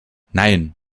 nein